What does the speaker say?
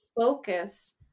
focus